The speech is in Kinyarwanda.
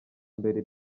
mbere